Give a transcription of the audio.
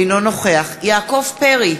אינו נוכח יעקב פרי,